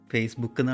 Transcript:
Facebook